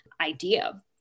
idea